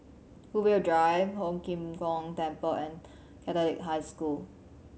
Brookvale Drive Ho Lim Kong Temple and Catholic High School